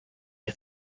you